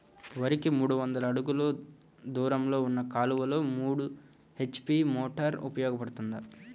వరికి మూడు వందల అడుగులు దూరంలో ఉన్న కాలువలో మూడు హెచ్.పీ మోటార్ ఉపయోగపడుతుందా?